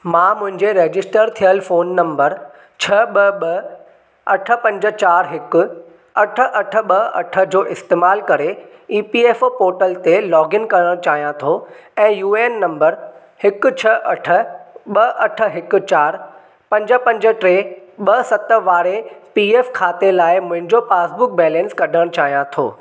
मां मुंहिंजे रजिस्टरु थियलु फ़ोन नंबरु छह ब॒ ब॒ अठ पंज चार हिकु अठ अठ ब॒ अठ जो इस्तेमालु करे ईपीएफ़ओ पोर्टल ते लॅाग इन करणु चाहियां थो ऐं यूऐन नंबरु हिकु छह अठ ब॒ अठ हिकु चार पंज पंज टे ब॒ सत वारे पीएफ़ खाते लाइ मुंहिंजो पासबुक बैलेंसु कढणु चाहियां थो